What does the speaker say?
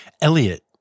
Elliot